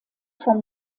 vom